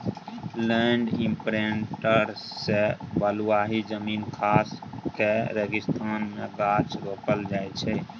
land imprinter सँ बलुआही जमीन खास कए रेगिस्तान मे गाछ रोपल जाइ छै